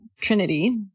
Trinity